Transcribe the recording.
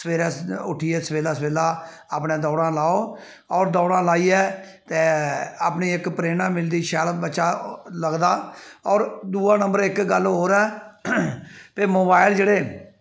सवेरै उट्ठियै सवेला सवेला अपने दौड़ां लाओ होर दौड़ां लाइयै ते अपनी इक प्रेरणा मिलदी शैल बच्चा लगदा होर दूआ नंबर इक गल्ल होर ऐ भाई मोबाइल जेह्ड़े